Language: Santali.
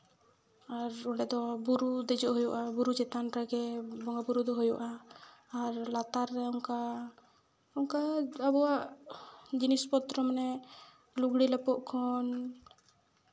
ᱟᱨ ᱚᱸᱰᱮ ᱫᱚ ᱵᱩᱨᱩ ᱫᱮᱡᱚᱜ ᱦᱩᱭᱩᱜᱼᱟ ᱵᱩᱨᱩ ᱠᱚ ᱪᱮᱛᱟᱱ ᱨᱮᱜᱮ ᱵᱚᱸᱜᱟᱼᱵᱳᱨᱳ ᱠᱚ ᱦᱩᱭᱩᱜᱼᱟ ᱟᱨ ᱞᱟᱛᱟᱨ ᱨᱮ ᱚᱱᱠᱟ ᱚᱱᱠᱟ ᱟᱵᱚᱣᱟᱜ ᱡᱤᱱᱤᱥ ᱯᱚᱛᱨᱚ ᱢᱟᱱᱮ ᱞᱩᱜᱽᱲᱤᱜ ᱞᱟᱯᱚᱜ ᱠᱷᱚᱱ